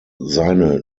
seine